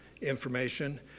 information